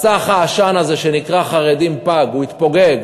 מסך העשן הזה שנקרא חרדים פג, הוא התפוגג.